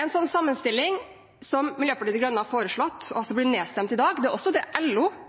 En sånn sammenstilling som Miljøpartiet De Grønne har foreslått, og